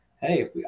hey